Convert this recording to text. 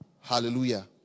hallelujah